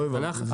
לא הבנתי את זה.